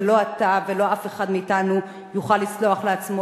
ולא אתה ולא אף אחד מאתנו יוכל לסלוח לעצמו,